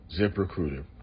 ZipRecruiter